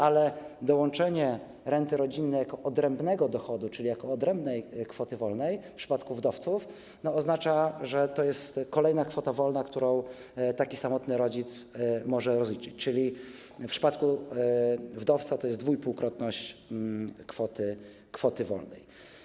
Ale dołączenie renty rodzinnej jako odrębnego dochodu, czyli jako odrębnej kwoty wolnej, w przypadku wdowców oznacza, że to jest kolejna kwota wolna, którą taki samotny rodzic może rozliczyć, czyli w przypadku wdowca to jest 2,5-krotność kwoty wolnej.